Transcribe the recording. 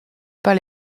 pas